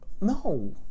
No